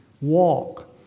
walk